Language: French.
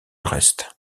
reste